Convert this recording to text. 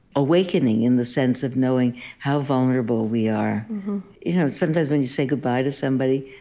awakening in the sense of knowing how vulnerable we are you know sometimes when you say goodbye to somebody,